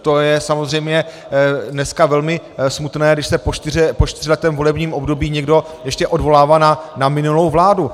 To je samozřejmě dneska velmi smutné, když se po čtyřletém volebním období někdo ještě odvolává na minulou vládu.